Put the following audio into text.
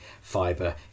fiber